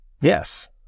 yes